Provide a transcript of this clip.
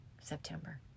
September